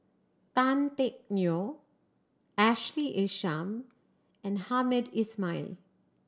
Tan Teck Neo Ashley Isham and Hamed Ismail